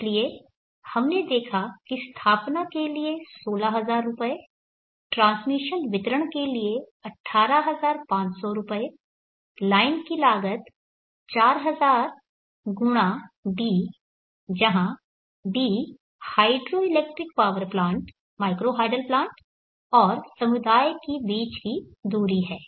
इसलिए हमने देखा कि स्थापना के लिए 16000 रुपये ट्रांसमिशन वितरण के लिए 18500 रुपये लाइन की लागत 4000 × d जहाँ d hydro electric power plant micro hydel plant और समुदाय के बीच की दूरी है